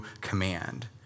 command